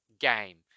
game